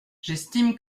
j’estime